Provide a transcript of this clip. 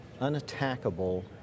unattackable